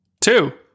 Two